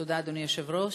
תודה, אדוני היושב-ראש.